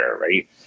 right